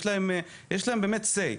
יש להם באמת סיי.